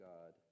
God